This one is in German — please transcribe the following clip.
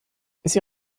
sie